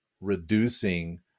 reducing